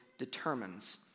determines